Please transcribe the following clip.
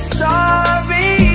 sorry